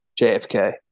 JFK